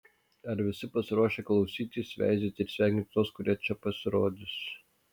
ar visi pasiruošę klausytis veizėti ir sveikinti tuos kurie čia pasirodys